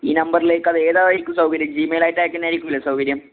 ഈ നമ്പറിലേക്ക് അതേതായിരിക്കും സൗകര്യം ജിമെയിലായിട്ട് അയക്കുന്ന ആയിരിക്കൂലെ സൗകര്യം